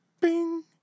Bing